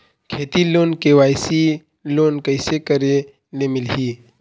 खेती loan KYC loan कइसे करे ले मिलही?